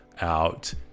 Out